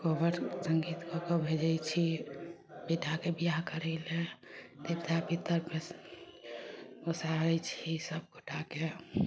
कोबर सङ्गीत कए कऽ भेजय छी बेटाके बियाह करय लए देवता पितर प्रसन्न गोसाईं होइ छी सभगोटाके